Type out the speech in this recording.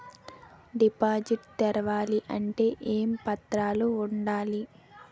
Deposit తెరవాలి అంటే ఏమేం పత్రాలు ఉండాలి?